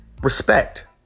respect